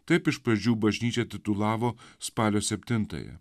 taip iš pradžių bažnyčia titulavo spalio septintąją